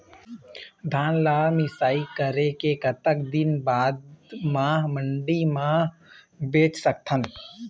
धान ला मिसाई कराए के कतक दिन बाद मा मंडी मा बेच सकथन?